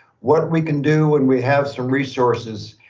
what we can do when we have some resources,